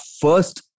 first